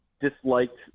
disliked